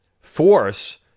force